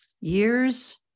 years